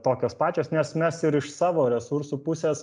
tokios pačios nes mes ir iš savo resursų pusės